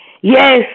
Yes